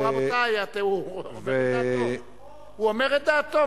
לא נכון, רבותי, הוא אומר את דעתו.